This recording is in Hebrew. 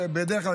בדרך כלל,